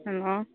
hello